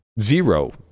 zero